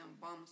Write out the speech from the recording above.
bombs